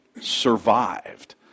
survived